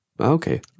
Okay